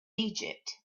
egypt